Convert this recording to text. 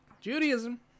Judaism